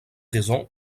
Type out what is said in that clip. raison